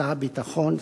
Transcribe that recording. שר הביטחון,